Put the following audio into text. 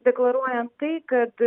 deklaruojant tai kad